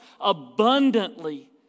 abundantly